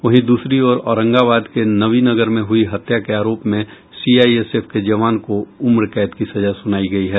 वहीं दूसरी ओर औरंगाबाद के नवीनगर में हुयी हत्या के आरोप में सीआईएसएफ के जवान को उम्रकैद की सजा सुनाई गयी है